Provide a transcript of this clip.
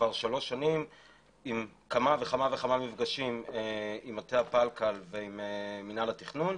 כבר שלוש שנים עם כמה מפגשים עם מטה הפלקל ועם מנהל התכנון.